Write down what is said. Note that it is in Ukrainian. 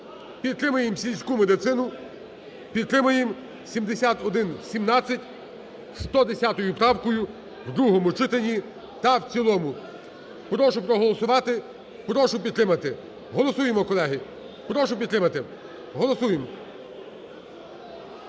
підтримаємо сільську медицину, підтримаємо 7117 з 110 правкою у другому читанні та в цілому. Прошу проголосувати, прошу підтримати. Голосуємо, колеги. Прошу підтримати. Голосуємо.